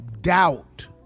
doubt